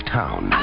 town